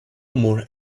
more